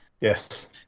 Yes